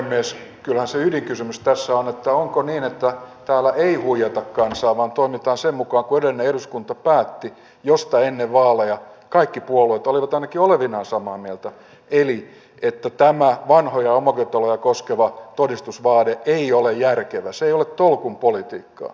kyllähän se ydinkysymys tässä on se että onko niin että täällä ei huijata kansaa vaan toimitaan sen mukaan kuin edellinen eduskunta päätti josta ennen vaaleja kaikki puolueet olivat ainakin olevinaan samaa mieltä eli siitä että tämä vanhoja omakotitaloja koskeva todistusvaade ei ole järkevä se ei ole tolkun politiikkaa